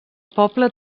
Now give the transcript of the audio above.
poble